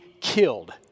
killed